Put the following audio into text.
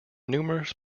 numerous